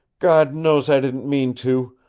god knows i didn't mean to!